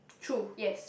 true yes